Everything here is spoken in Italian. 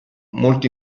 molto